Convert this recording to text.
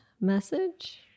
message